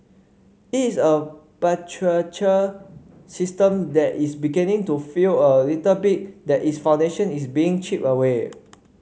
it is a patriarchal system that is beginning to feel a little bit that its foundation is being chipped away